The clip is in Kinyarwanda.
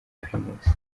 primus